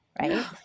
right